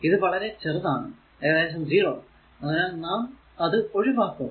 ഇത് വളരെ ചെറുതാണ് ഏകദേശം 0 അതിനാൽ നാം അത് ഒഴിവാക്കും